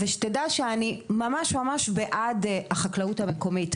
שתדע שאני ממש ממש בעד החקלאות המקומית.